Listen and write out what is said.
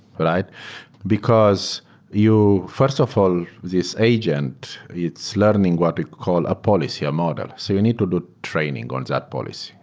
but because you first of all, this agent, it's learning what we call a policy, a model. so you need to do training on that policy,